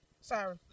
Sorry